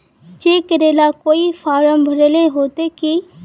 Cheque करेला कोई form भरेले होते की?